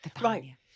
Right